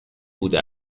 بوده